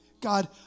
God